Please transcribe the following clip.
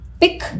pick